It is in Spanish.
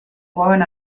joven